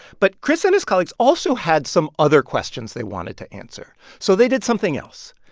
but chris and his colleagues also had some other questions they wanted to answer, so they did something else.